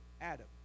Adam